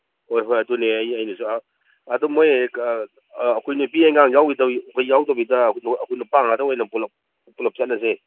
ꯍꯣꯏ ꯍꯣꯏ ꯑꯗꯨꯅꯦ ꯑꯩꯅꯁꯨ ꯑꯗꯨ ꯃꯣꯏ ꯑꯩꯈꯣꯏ ꯅꯨꯄꯤ ꯑꯉꯥꯡ ꯌꯥꯎꯗꯕꯤꯗ ꯑꯩꯈꯣꯏ ꯅꯨꯄꯥ ꯉꯥꯛꯇ ꯑꯣꯏꯅ ꯄꯨꯂꯞ ꯄꯨꯂꯞ ꯆꯠꯂꯁꯦ